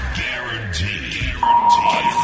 guaranteed